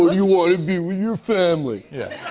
you want to be with your family. yeah.